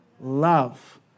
love